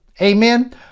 Amen